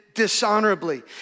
Dishonorably